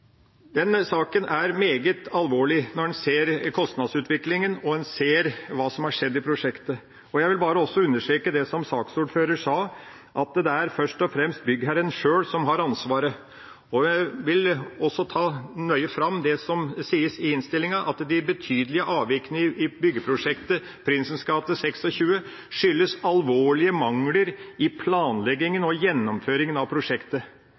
Denne saken er meget alvorlig når en ser på kostnadsutviklingen og hva som har skjedd i prosjektet. Jeg vil også understreke det som saksordføreren sa, at det først og fremst er byggherren sjøl som har ansvaret. Jeg vil ta nøye fram det som sies i innstillinga, at de betydelige avvikene i byggeprosjektet Prinsens gate 26 skyldes alvorlige mangler i planleggingen og gjennomføringen av prosjektet.